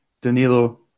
Danilo